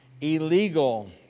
illegal